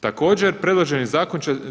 Također predloženi